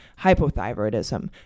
hypothyroidism